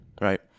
right